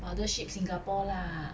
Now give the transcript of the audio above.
Mothership singapore lah